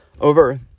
over